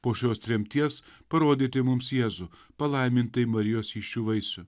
po šios tremties parodyti mums jėzų palaimintąjį marijos įsčių vaisių